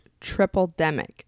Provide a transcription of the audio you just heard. triple-demic